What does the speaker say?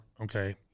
okay